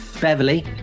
Beverly